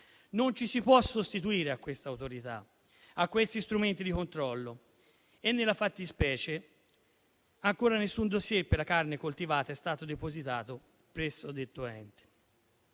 Non ci si può sostituire a quest'autorità, a questi strumenti di controllo. Nella fattispecie, ancora nessun *dossier* per la carne coltivata è stato depositato presso detto ente.